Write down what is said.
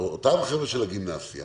אותם חבר'ה בגימנסיה